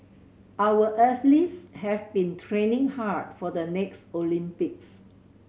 our athletes have been training hard for the next Olympics